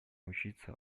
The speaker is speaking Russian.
научиться